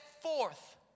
forth